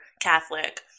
Catholic